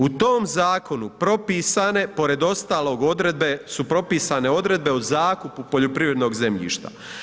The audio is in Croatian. U tom zakonu propisane pored ostalog odredbe, su propisane odredbe o zakupu poljoprivrednog zemljišta.